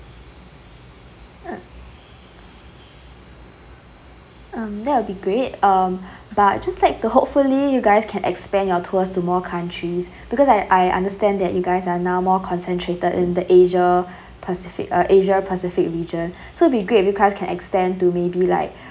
um that will be great um but just like to hopefully you guys can expand your tours to more countries because I I understand that you guys are now more concentrated in the asia pacific uh asia pacific region so it'll be great because can extend to maybe like